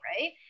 right